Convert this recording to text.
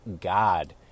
God